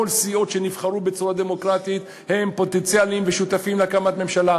כל הסיעות שנבחרו בצורה דמוקרטית הם שותפים פוטנציאליים להקמת ממשלה,